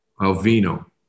Alvino